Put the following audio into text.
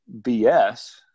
BS